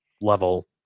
level